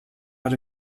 out